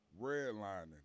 redlining